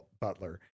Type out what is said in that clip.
butler